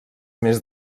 més